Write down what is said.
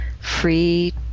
free